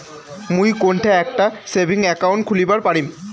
মুই কোনঠে একটা সেভিংস অ্যাকাউন্ট খুলিবার পারিম?